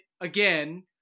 again